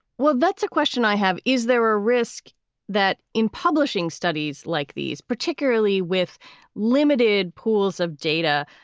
well, that's a question i have. is there a risk that in publishing studies like these, particularly with limited pools of data,